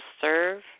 serve